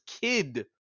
kid